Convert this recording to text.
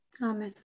Amen